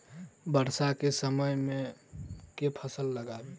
वर्षा केँ समय मे केँ फसल लगाबी?